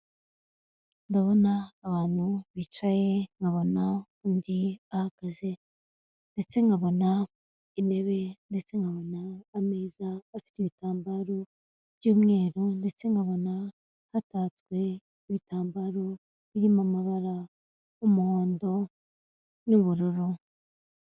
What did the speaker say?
Ndabona abantu bicaye nkabona undi ahagaze, ndetse nkabona intebe, ndetse nkabona ameza afite ibitambaro by'umweru, ndetse nkabona hatatswe ibitambaro birimo amabara y'umuhondo n'ubururu.